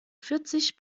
vierzig